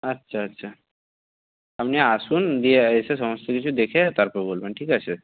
আচ্ছা আচ্ছা আপনি আসুন দিয়ে এসে সমস্ত কিছু দেখে তারপর বলবেন ঠিক আছে